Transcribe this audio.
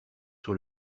sur